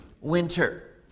winter